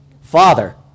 Father